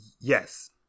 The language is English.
yes